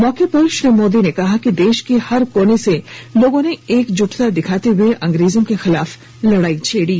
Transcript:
मौके पर श्री मोदी ने कहा कि देश के हर कोने से लोगों ने एकजुटता दिखार्त हुए अंग्रेजों के खिलाफ लड़ाई छेड़ी